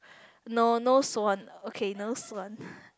no no swan okay no swan